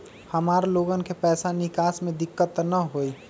हमार लोगन के पैसा निकास में दिक्कत त न होई?